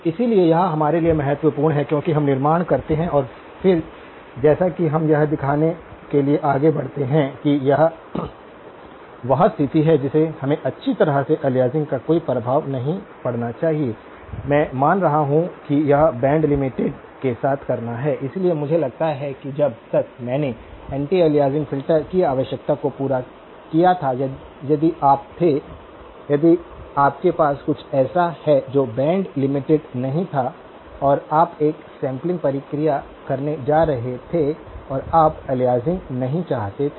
इसलिए यह हमारे लिए महत्वपूर्ण है क्योंकि हम निर्माण करते हैं और फिर जैसा कि हम यह दिखाने के लिए आगे बढ़ते हैं कि यह वह स्थिति है जिसे हमें अच्छी तरह से अलियासिंग का कोई प्रभाव नहीं पड़ना चाहिए मैं मान रहा हूं कि यह बैंड लिमिटेड के साथ करना है इसलिए मुझे लगता है कि जब तक मैंने एंटी अलियासिंग फिल्टर की आवश्यकता को पूरा किया था यदि आप थे यदि आपके पास कुछ ऐसा है जो बैंड लिमिटेड नहीं था और आप एक सैंपलिंग प्रक्रिया करने जा रहे थे और आप अलियासिंग नहीं चाहते थे